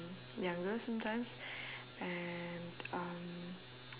younger sometimes and um